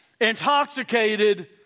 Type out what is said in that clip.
intoxicated